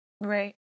Right